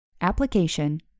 Application